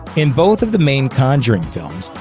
in both of the main conjuring films,